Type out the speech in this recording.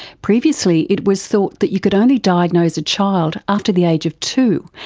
previously it was thought that you could only diagnose a child after the age of two,